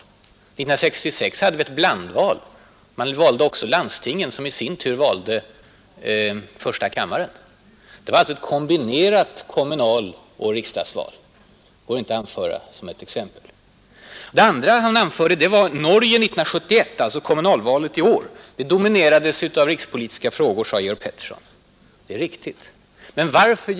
1966 hade vi ett blandval, eftersom då också utsågs ledamöter i landstingen som i sin tur skulle välja ledamöter i första kammaren. Det var alltså ett kombinerat kommunaloch riksdagsval, och det kan inte anföras som ett exempel i det här sammanhanget. Det andra exempel herr Pettersson anförde var årets kommunalval i Norge, som han sade dominerades av rikspolitiska frågor. Det är riktigt. Men vad var anledningen till det?